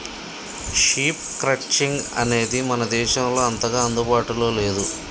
sheep crutching అనేది మన దేశంలో అంతగా అందుబాటులో లేదు